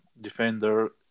defender